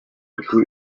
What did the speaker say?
ati